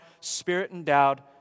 Spirit-endowed